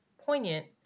poignant